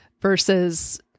versus